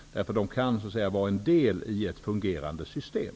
De kan nämligen vara en del i ett fungerande system.